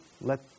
Let